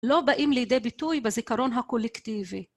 לא באים לידי ביטוי בזיכרון הקולקטיבי.